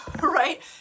right